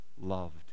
loved